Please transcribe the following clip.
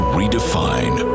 redefine